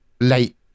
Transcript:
late